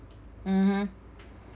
mmhmm